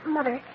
Mother